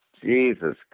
Jesus